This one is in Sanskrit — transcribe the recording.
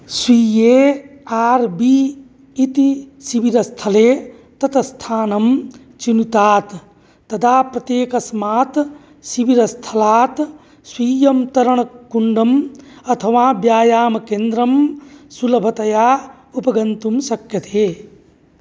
स्वीये आर् बि इति शिबिरस्थले तत् स्थानं चिनुतात् तदा प्रत्येकस्मात् शिबिरस्थलात् स्वीयं तरणकुण्डम् अथवा व्यायामकेन्द्रं सुलभतया उपगन्तुं शक्यते